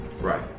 Right